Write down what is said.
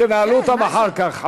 תנהלו אותם אחר כך.